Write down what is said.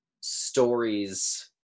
stories